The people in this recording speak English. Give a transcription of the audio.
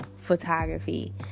photography